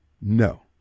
No